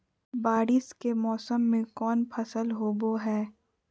बारिस के मौसम में कौन फसल होबो हाय?